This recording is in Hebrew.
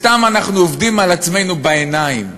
אנחנו סתם עובדים על עצמנו בעיניים.